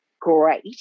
great